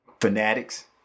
fanatics